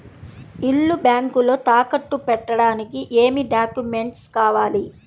ఇల్లు బ్యాంకులో తాకట్టు పెట్టడానికి ఏమి డాక్యూమెంట్స్ కావాలి?